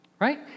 Right